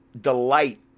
delight